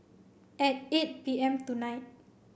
at eight P M tonight